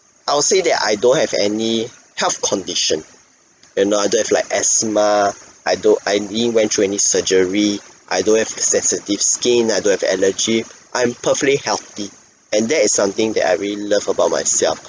I'll say that I don't have any health condition you know I don't have like asthma I don't I didn't went through any surgery I don't have sensitive skin I don't have allergy I'm perfectly healthy and that is something that I really love about myself